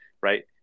right